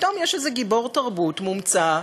פתאום יש איזה גיבור תרבות מומצא,